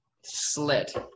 Slit